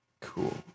cool